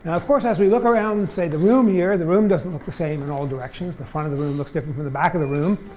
of course, as we look around say the room here, the room doesn't look the same in all directions. the front of the room looks different from the back of the room.